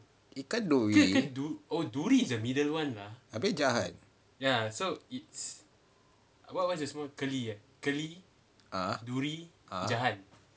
ikan duri apa tu jahat (uh huh) (uh huh)